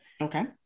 Okay